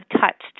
touched